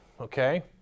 okay